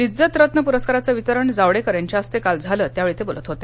लिज्जत रत्न पुरस्कारांचं वितरण जावडेकर यांच्या हस्ते काल झालं त्यावेळी ते बोलत होते